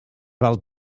val